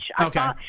Okay